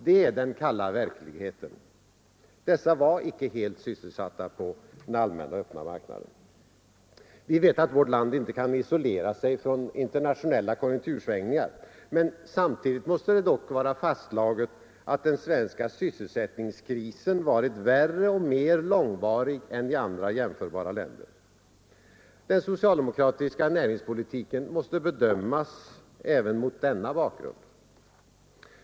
Det är den kalla verkligheten. Dessa personer var alltså inte helt sysselsatta på den allmänna öppna marknaden. Vi vet att vårt land inte kan isolera sig från internationella konjunktursvängningar. Men samtidigt måste det anses fastslaget att sysselsättningskrisen varit värre och mer långvarig i Sverige än i andra jämförbara länder. Den socialdemokratiska näringspolitiken måste bedömas även mot denna bakgrund.